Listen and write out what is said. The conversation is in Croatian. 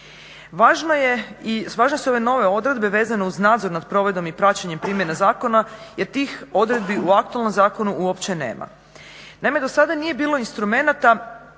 važne su i ove nove odredbe vezano uz nadzor nad provedbom i praćenjem primjene zakona jer tih odredbi u aktualnom zakonu uopće nema. Naime, do sada nije bilo instrumenata